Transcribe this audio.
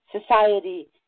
society